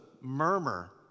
murmur